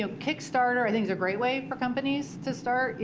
ah kickstarter i think is a great way for companies to start.